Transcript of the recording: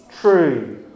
true